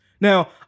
Now